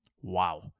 Wow